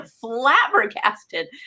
flabbergasted